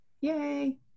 Yay